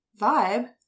vibe